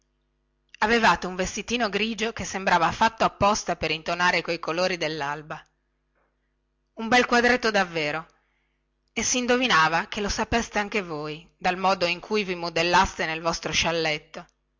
avevate un vestitino grigio che sembrava fatto apposta per intonare coi colori dellalba un bel quadretto davvero e si indovinava che lo sapeste anche voi dal modo in cui vi modellavate nel vostro scialletto